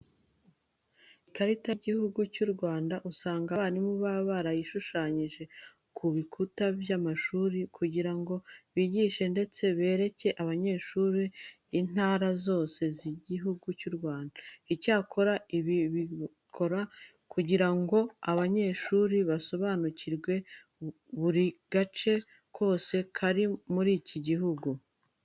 Ikarita y'Igihugu cy'u Rwanda usanga abarimu baba barayishushanyije ku bikuta by'amashuri kugira ngo bigishe ndetse bereke abanyeshuri intara zose zigize u Rwanda. Icyakora ibi babikora kugira ngo aba banyeshuri basobanukirwe buri gace kose kari muri iki gihugu.